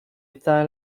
étant